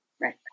Right